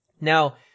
Now